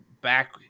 back